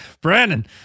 Brandon